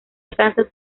alcanzan